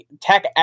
Tech